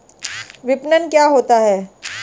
विपणन क्या होता है?